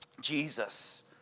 Jesus